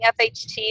FHT